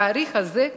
בתאריך זה,